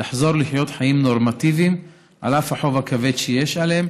לחזור לחיות חיים נורמטיביים על אף החוב הכבד שיש עליהן,